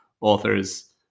authors